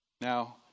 Now